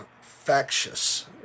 factious